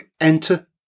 enter